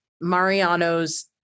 Mariano's